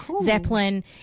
Zeppelin